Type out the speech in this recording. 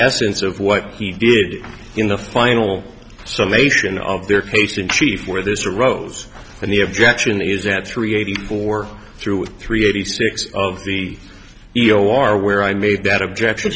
essence of what he did in the final salvation of their case in chief where this arose and the objection is at three eighty four through with three eighty six of the e o are where i made that objection